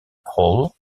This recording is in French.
hall